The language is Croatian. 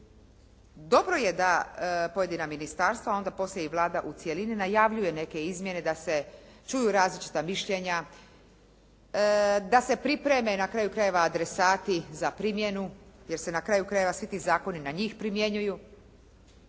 Dobro je da pojedina ministarstva, onda poslije i Vlada u cjelini najavljuje neke izmjene da se čuju različita mišljenja, da se pripreme na kraju krajeva adresati za primjenu, jer se na kraju krajeva svi ti zakoni na njih primjenjuju.